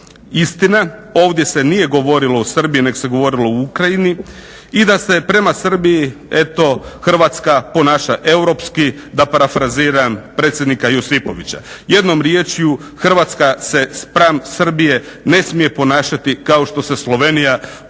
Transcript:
Istina, ovdje se nije govorilo o Srbiji nego se govorilo o Ukrajini i da se prema Srbiji eto Hrvatska ponaša europski, da parafraziram predsjednika Josipovića. Jednom riječju Hrvatska se spram Srbije ne smije ponašati kao što se Slovenija ponašala